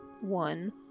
one